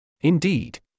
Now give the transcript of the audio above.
Indeed